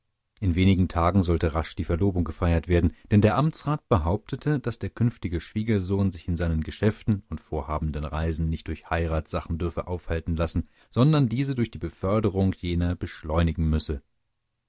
in wenig tagen sollte rasch die verlobung gefeiert werden denn der amtsrat behauptete daß der künftige schwiegersohn sich in seinen geschäften und vorhabenden reisen nicht durch heiratssachen dürfe aufhalten lassen sondern diese durch die beförderung jener beschleunigen müsse